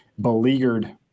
beleaguered